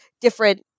different